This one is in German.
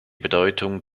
bedeutung